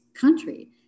country